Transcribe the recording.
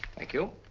thank you.